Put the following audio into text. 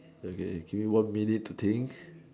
okay do you want one minute to think